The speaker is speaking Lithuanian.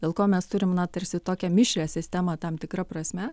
dėl ko mes turim na tarsi tokią mišrią sistemą tam tikra prasme